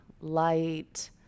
light